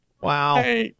wow